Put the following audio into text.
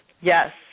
Yes